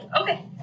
Okay